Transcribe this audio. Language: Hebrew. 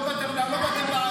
לא באתם לעבוד,